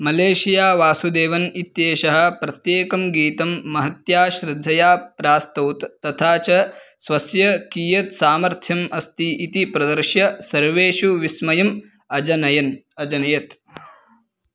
मलेशियावासुदेवन् इत्येषः प्रत्येकं गीतं महत्या श्रद्धया प्रास्तौत् तथा च स्वस्य कियत् सामर्थ्यम् अस्ति इति प्रदर्श्य सर्वेषु विस्मयम् अजनयत् अजनयत्